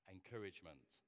Encouragement